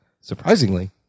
Surprisingly